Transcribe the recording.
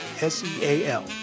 S-E-A-L